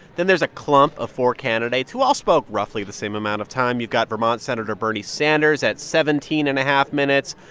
then there's a clump of four candidates who all spoke roughly the same amount of time. you've got vermont senator bernie sanders at seventeen and a half minutes,